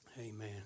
amen